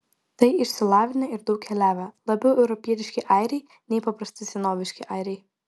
tai išsilavinę ir daug keliavę labiau europietiški airiai nei paprasti senoviški airiai